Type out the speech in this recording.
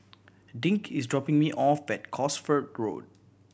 Dink is dropping me off at Cosford Road